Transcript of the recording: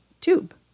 tube